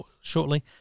shortly